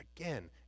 again